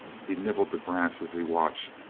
he nibbled the grass as he watched,